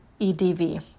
EDV